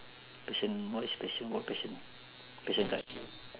passion what is passion what passion passion card